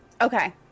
Okay